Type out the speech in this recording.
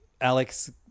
Alex